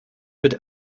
bitte